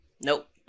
Nope